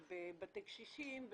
בתי קשישים,